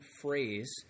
phrase